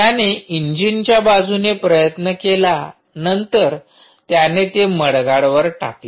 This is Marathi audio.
त्याने इंजिनच्या बाजूने प्रयत्न केला नंतर त्याने ते मडगार्ड वर टाकले